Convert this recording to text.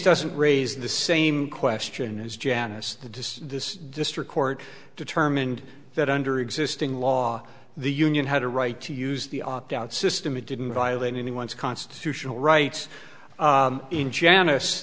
doesn't raise the same question as janice to does this district court determined that under existing law the union had a right to use the opt out system it didn't violate anyone's constitutional rights in janice